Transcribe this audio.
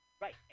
Right